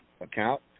account